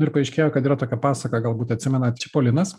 nu ir paaiškėjo kad yra tokia pasaka galbūt atsimenat čipolinas